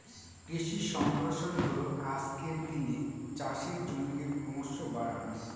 কৃষি সম্প্রসারণ হল আজকের দিনে চাষের জমিকে ক্রমশ বাড়ানো